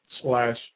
slash